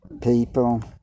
people